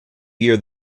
year